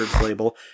label